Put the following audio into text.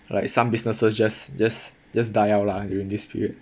like some businesses just just just die out lah during this period